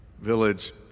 Village